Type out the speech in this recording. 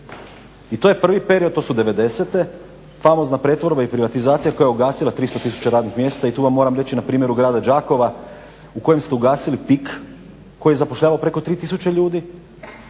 i to je prvi period, to su 90., famozna pretvorba i privatizacija koja je ugasila 300 tisuća radnih mjesta i tu vam moram reći na primjeru grada Đakova u kojem ste ugasili PIK koji zapošljava preko 3 tisuće ljudi,